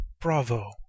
Bravo